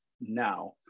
now